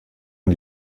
und